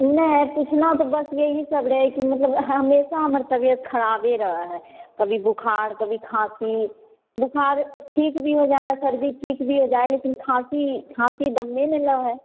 नहि पूछना तऽ बस यहीं सब रहै कि हमेशा हमर तबियत खराबे रहै हय कभी बुखार कभी खाँसी बुखार ठीक भी हो जाइ हय सर्दी ठीक भी हो जाइ हय लेकिन खाँसी खाँसी दमे नहि लै हय